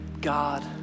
God